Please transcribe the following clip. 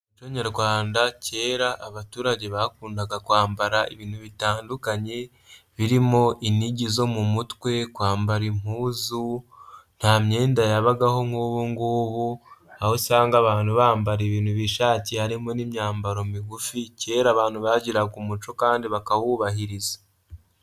Mu muco nyarwanda kera abaturage bakundaga kwambara ibintu bitandukanye birimo inigi zo mu mutwe, kwambara impuzu, nta myenda yabagaho nk'ubungubu aho usanga abantu bambara ibintu bishakiye harimo n'imyambaro migufi, kera abantu bagiraga umuco kandi bakawubahiriza.